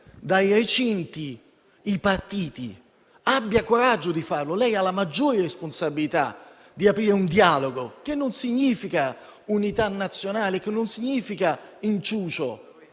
dai recinti i partiti, abbia il coraggio di farlo. Lei ha la maggiore responsabilità di aprire un dialogo, che non significa unità nazionale, non significa inciucio,